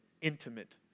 intimate